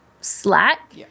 slack